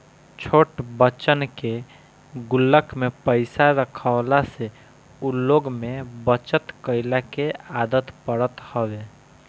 छोट बच्चन के गुल्लक में पईसा रखवला से उ लोग में बचत कइला के आदत पड़त हवे